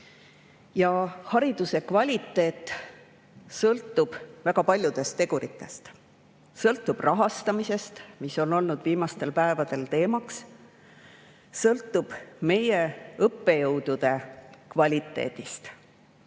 ja hariduse kvaliteet sõltub väga paljudest teguritest. See sõltub rahastamisest, mis on olnud viimastel päevadel teemaks, sõltub meie õppejõudude kvaliteedist,